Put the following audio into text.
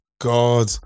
God